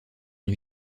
une